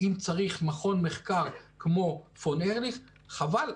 אם צריך מכון מחקר כמו "פול ארליך" חבל,